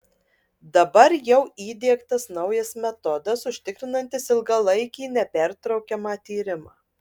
dabar jau įdiegtas naujas metodas užtikrinantis ilgalaikį nepertraukiamą tyrimą